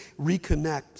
reconnect